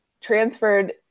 transferred